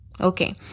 Okay